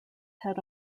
head